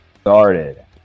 started